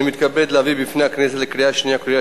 אני מתכבד להביא בפני הכנסת לקריאה שנייה ולקריאה